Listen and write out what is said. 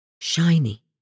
Shiny